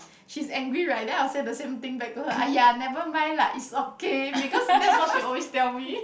she's angry right then I will say the same thing back to her !aiya! nevermind lah it's okay because that's what she always tell me